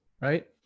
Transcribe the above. right